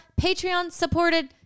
Patreon-supported